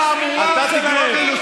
אתה המומר שלהם.